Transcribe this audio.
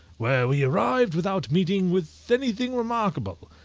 where we arrived without meeting with anything remarkable,